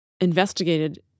investigated